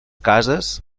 cases